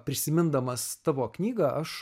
prisimindamas tavo knygą aš